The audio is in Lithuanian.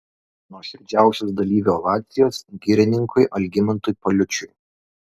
nuoširdžiausios dalyvių ovacijos girininkui algimantui paliučiui